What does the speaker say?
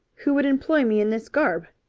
who would employ me in this garb?